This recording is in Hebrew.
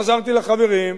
חזרתי לחברים,